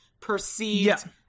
perceived